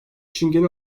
çingene